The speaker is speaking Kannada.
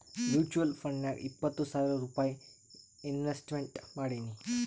ಮುಚುವಲ್ ಫಂಡ್ನಾಗ್ ಇಪ್ಪತ್ತು ಸಾವಿರ್ ರೂಪೈ ಇನ್ವೆಸ್ಟ್ಮೆಂಟ್ ಮಾಡೀನಿ